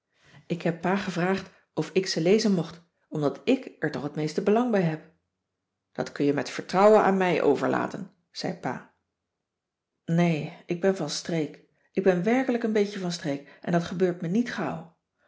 ik heb pa gevraagd of ik ze lezen mocht omdat ik er toch het meeste belang bij heb dat kun je met vertrouwen aan mij overlaten zei pa nee ik ben van streek ik ben werkelijk een beetje van streek en dat gebeurt me niet gauw